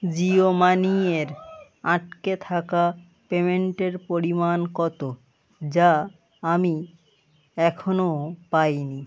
Jio money এর আটকে থাকা পেমেন্টের পরিমাণ কতো যা আমি এখনো পাই নি